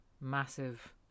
massive